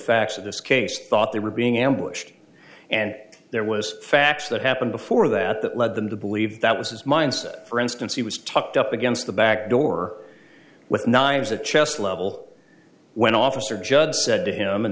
of this case thought they were being ambushed and there was facts that happened before that that led them to believe that was his mindset for instance he was tucked up against the back door with knives at chest level when officer judge said to him and